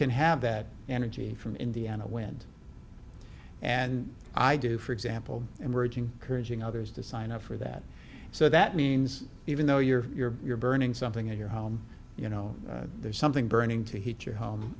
can have that energy from indiana wind and i do for example emerging courage in others to sign up for that so that means even though you're you're you're burning something in your home you know there's something burning to heat your